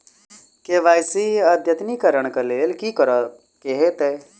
KYC अद्यतनीकरण कऽ लेल की करऽ कऽ हेतइ?